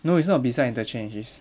no it's not beside interchange it's